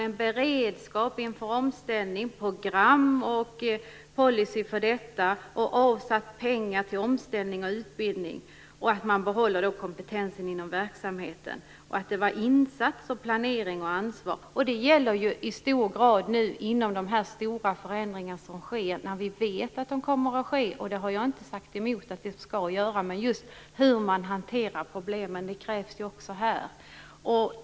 En beredskap inför omställning, ett program och en policy skulle finnas. Man skulle avsätta pengar till omställning och utbildning och behålla kompetensen inom verksamheten. Det talades om insats, planering och ansvar. Det gäller i hög grad också inom de stora förändringar som nu sker. Vi vet att de kommer att ske. Jag har inte sagt emot att de skall ske, men jag talar om hur man hanterar problemen.